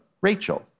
Rachel